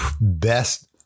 best